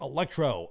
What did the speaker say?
Electro